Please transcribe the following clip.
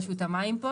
רשות המים פה.